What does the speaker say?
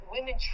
Women